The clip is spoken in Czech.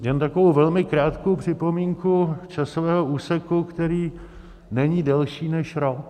Jen takovou velmi krátkou připomínku časového úseku, který není delší než rok.